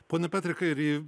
pone petrikai ir į